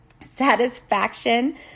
satisfaction